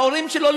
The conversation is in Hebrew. ההורים שלו,